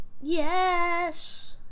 Yes